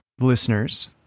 listeners